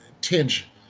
tinge